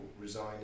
resign